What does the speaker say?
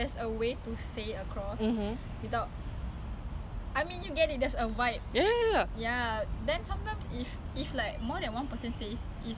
ya then is like okay firstly is like you really recite quran ah a lot of time macam anda khatam tu semua kau tak payah ingat macam eh kau dah khatam belum like aku dah khatam sia